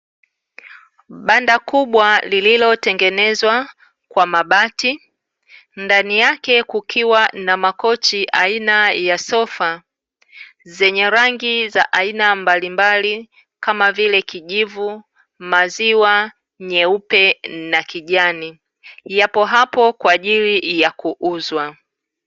Banda kubwa lililotengenezwa kwa mabati, ndani yake kukiwa na makochi aina ya sofa zenye rangi za aina mbalimbali kama vile: kijivu, maziwa, nyeupe na kijani, yapo hapo kwa ajili ya kuuzwa.